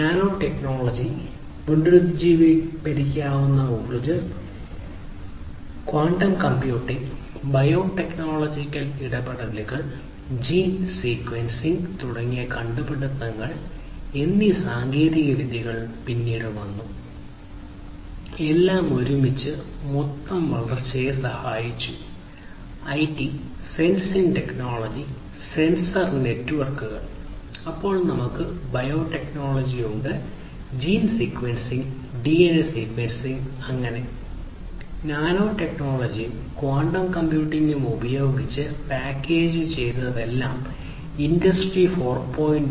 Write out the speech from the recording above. nano technology അങ്ങനെ nano ടെക്നോളജിയും quantum കമ്പ്യൂട്ടിംഗും ഒരുമിച്ച് പാക്കേജുചെയ്തതെല്ലാം ഇൻഡസ്ട്രി 4